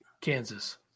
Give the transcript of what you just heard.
Kansas